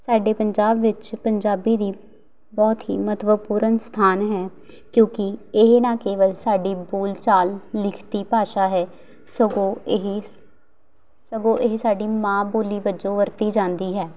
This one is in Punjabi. ਸਾਡੇ ਪੰਜਾਬ ਵਿੱਚ ਪੰਜਾਬੀ ਦੀ ਬਹੁਤ ਹੀ ਮਹੱਤਵਪੂਰਨ ਸਥਾਨ ਹੈ ਕਿਉਂਕਿ ਇਹ ਨਾ ਕੇਵਲ ਸਾਡੀ ਬੋਲਚਾਲ ਲਿਖਤੀ ਭਾਸ਼ਾ ਹੈ ਸਗੋਂ ਇਹ ਸਗੋਂ ਇਹ ਸਾਡੀ ਮਾਂ ਬੋਲੀ ਵਜੋਂ ਵਰਤੀ ਜਾਂਦੀ ਹੈ